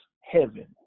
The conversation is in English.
heaven